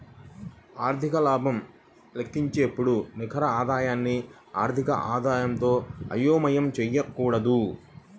ఆర్థిక లాభం లెక్కించేటప్పుడు నికర ఆదాయాన్ని ఆర్థిక ఆదాయంతో అయోమయం చేయకూడదు